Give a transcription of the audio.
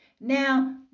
now